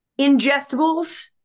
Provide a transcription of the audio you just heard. Ingestibles